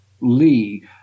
Lee